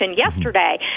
yesterday